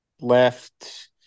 left